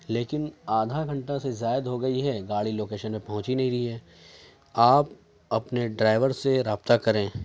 لیکن آدھا گھنٹہ سے زائد ہو گئی ہے گاڑی لوکیشن پہ پہنچ ہی نہیں رہی ہے آپ اپنے ڈرائیور سے رابطہ کریں